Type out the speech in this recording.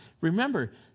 Remember